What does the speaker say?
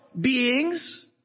beings